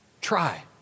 Try